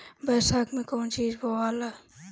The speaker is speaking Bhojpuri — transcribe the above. बैसाख मे कौन चीज बोवाला?